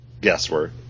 guesswork